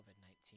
COVID-19